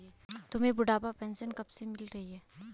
तुम्हें बुढ़ापा पेंशन कब से मिल रही है?